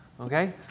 Okay